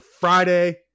Friday